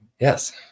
yes